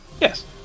Yes